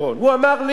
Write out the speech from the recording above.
הוא אמר לי,